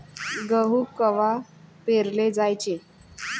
गहू कवा पेराले पायजे?